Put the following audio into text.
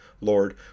lord